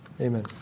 Amen